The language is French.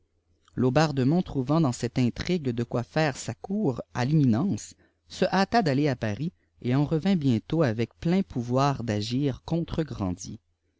laubardemont trouvant dans cette intrigue de quoi faire sa cour à l'éminence se hâta d'aller à paris et en revint bientôt avec plein pouvoir d'agir contre grandier